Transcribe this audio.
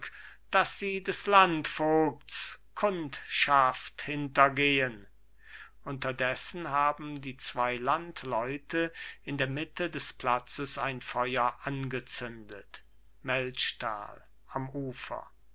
dass sie des landvogts kundschaft hintergehen unterdessen haben die zwei landleute in der mitte des platzes ein feuer angezündet melchtal am ufer